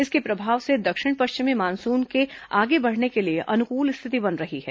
इसके प्रभाव से दक्षिण पश्चिम मानसून के आगे बढ़ने के लिए अनुकूल स्थिति बन रही है